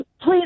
please